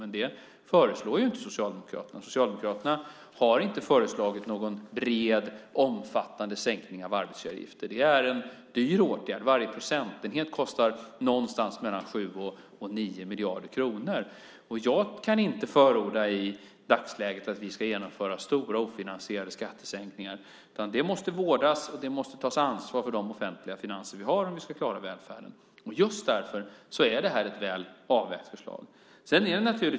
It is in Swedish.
Men det föreslår ju inte Socialdemokraterna. Ni har inte föreslagit någon bred, omfattande sänkning av arbetsgivaravgifter. Det är en dyr åtgärd. Varje procentenhet kostar någonstans mellan 7 och 9 miljarder kronor. Jag kan inte i dagsläget förorda att vi ska genomföra stora ofinansierade skattesänkningar. De offentliga finanser vi har måste vårdas och tas ansvar för om vi ska klara välfärden. Just därför är det här ett väl avvägt förslag.